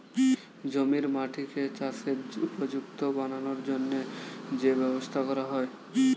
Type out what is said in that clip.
জমির মাটিকে চাষের উপযুক্ত বানানোর জন্যে যে ব্যবস্থা করা হয়